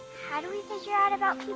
how do we figure out about